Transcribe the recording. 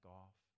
off